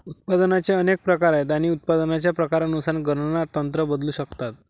उत्पादनाचे अनेक प्रकार आहेत आणि उत्पादनाच्या प्रकारानुसार गणना तंत्र बदलू शकतात